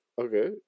Okay